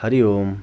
Hari Om